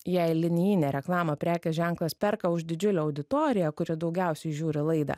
jei linijinę reklamą prekės ženklas perka už didžiulę auditoriją kuri daugiausiai žiūri laidą